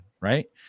Right